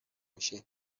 میشه